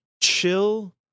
chill